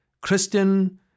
Christian